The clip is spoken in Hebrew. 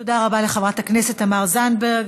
תודה רבה לחברת הכנסת תמר זנדברג.